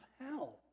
hell